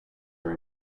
are